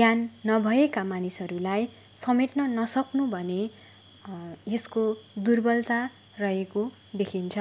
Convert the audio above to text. ज्ञान नभएका मानिसहरूलाई समेट्न नसक्नु भने यसको दुर्बलता रहेको देखिन्छ